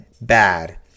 bad